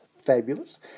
fabulous